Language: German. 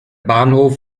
bahnhof